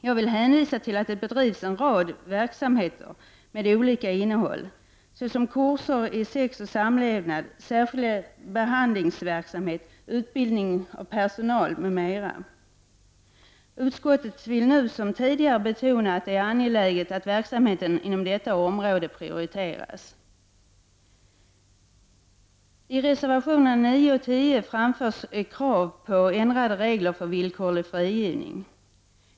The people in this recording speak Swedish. Jag vill hänvisa till att det bedrivs en rad verksamheter med olika innehåll, så som kurser i sex och samlevnad, särskild behandlingsverksamhet och utbildning av personal. Utskottet vill nu som tidigare betona att det är angeläget att verksamheten inom detta område prioriteras. I reservationerna 9 och 10 framförs krav på ändrade regler för villkorlig frigivning.